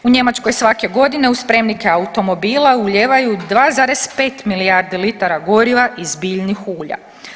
U Njemačkoj svake godine u spremnike automobila ulijevaju 2,5 milijardi litara goriva iz biljnih ulja.